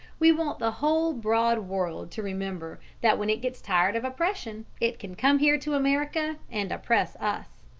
we want the whole broad world to remember that when it gets tired of oppression it can come here to america and oppress us.